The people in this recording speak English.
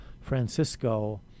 Francisco